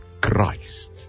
Christ